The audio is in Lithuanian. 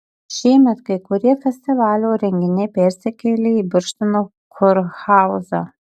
šiemet kai kurie festivalio renginiai persikėlė į birštono kurhauzą